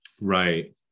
Right